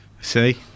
See